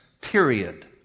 period